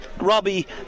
Robbie